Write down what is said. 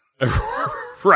Right